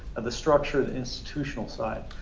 at the structure, the institutional side.